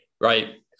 Right